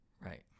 Right